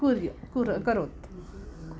कूर्य कूर् करोत्